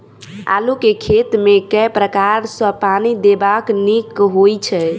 आलु केँ खेत मे केँ प्रकार सँ पानि देबाक नीक होइ छै?